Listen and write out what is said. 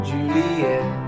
Juliet